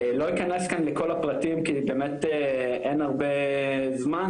לא אכנס כאן לכל הפרטים כי באמת אין הרבה זמן,